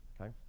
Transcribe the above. Okay